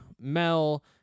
mel